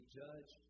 judge